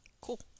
Cool